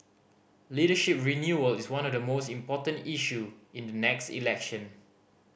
leadership renewal is one of the most important issue in the next election